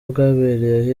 bwabereye